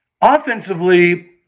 Offensively